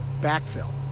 backfill.